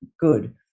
good